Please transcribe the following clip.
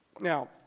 Now